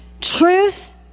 Truth